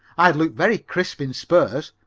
i'd look very crisp in spurs,